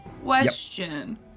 question